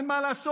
אין מה לעשות,